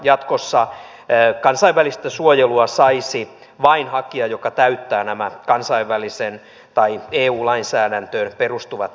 jatkossa kansainvälistä suojelua saisi vain hakija joka täyttää nämä kansainvälisen tai eu lainsäädäntöön perustuvat edellytykset